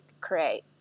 create